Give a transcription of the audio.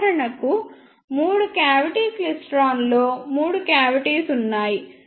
ఉదాహరణకు మూడు క్యావిటి క్లైస్ట్రాన్లో మూడు కావిటీస్ ఉన్నాయి